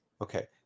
Okay